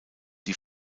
die